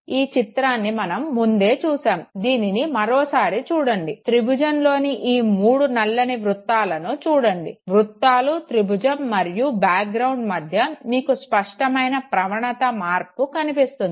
ఈ చిత్రాన్ని మనం ముందే చూసాము దీనిని మరోసారి చూడండి త్రిభుజంలోని ఈ మూడు నల్లని వృత్తాలను చూడండి వృత్తాలు త్రిభుజం మరియు బ్యాక్ గ్రౌండ్ మధ్య మీకు స్పష్టమైన ప్రవణత మార్పు కనిపిస్తుంది